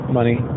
money